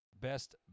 best